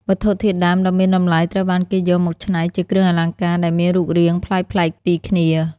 វត្ថុធាតុដើមដ៏មានតម្លៃត្រូវបានគេយកមកច្នៃជាគ្រឿងអលង្ការដែលមានរូបរាងប្លែកៗពីគ្នា។